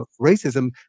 racism